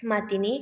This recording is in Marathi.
मातीनी